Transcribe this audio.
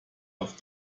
auf